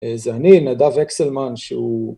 זה אני נדב אקסלמן שהוא